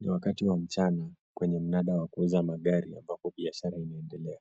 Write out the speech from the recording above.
Ni wakati wa mchana kwenye mnadawa kuuza magari, ambapo biashara inaendelea.